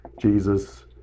Jesus